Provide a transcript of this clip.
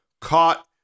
caught